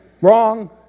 Wrong